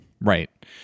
right